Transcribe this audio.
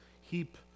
heap